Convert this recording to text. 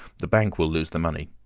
the bank will lose the money.